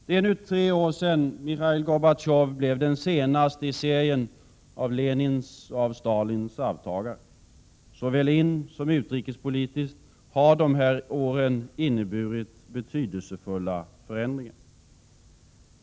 Det är nu tre år sedan Michail Gorbatjov blev den senaste i serien av Lenins och Stalins arvtagare. Såväl inrikespolitiskt som utrikespolitiskt har dessa år inneburit betydelsefulla förändringar.